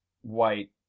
white